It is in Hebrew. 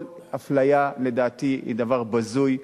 כל אפליה, לדעתי, היא דבר בזוי,